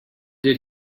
did